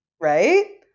right